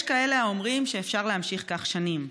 יש כאלה האומרים שאפשר להמשיך כך שנים,